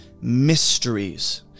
mysteries